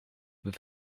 with